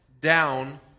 down